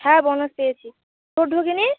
হ্যাঁ বোনাস পেয়েছি তোর ঢোকে নি